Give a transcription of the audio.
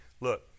look